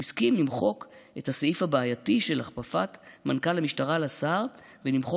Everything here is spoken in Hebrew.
למחוק את הסעיף הבעייתי של הכפפת מפכ"ל המשטרה לשר ולמחוק